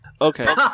Okay